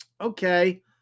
Okay